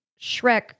Shrek